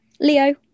Leo